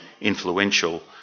influential